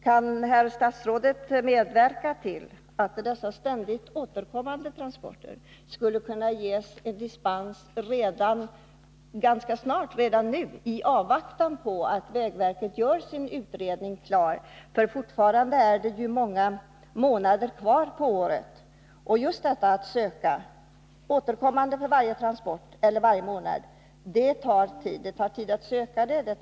Men skulle statsrådet kunna medverka till att dessa ständigt återkommande transporter kan ges dispens redan nu i avvaktan på att vägverket gör sin utredning klar? Det är många månader kvar på året och därmed många ansökningstillfällen med nuvarande regler. Just detta att söka dispens för varje ny transport och varje månad tar tid. Det tar tid att skriva ansökan.